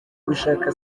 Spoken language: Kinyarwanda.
gushaka